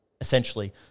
essentially